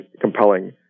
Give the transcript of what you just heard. compelling